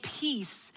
peace